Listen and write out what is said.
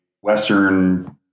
Western